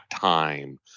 time